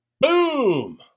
Boom